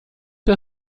der